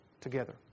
together